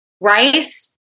rice